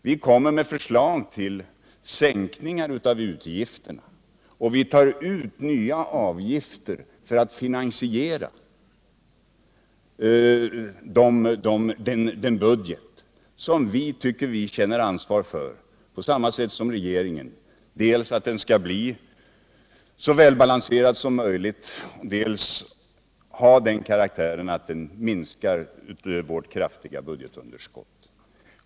Vi lägger fram förslag till sänkningar av utgifterna och vill ta ut nya avgifter för att finansiera en budget som vi tycker att vi känner ansvar för på samma sätt som regeringen. Vi vill att den dels skall bli så välavvägd som möjligt, dels skall ha den karaktären att den minskar vårt kraftiga budgetunderskott.